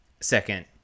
second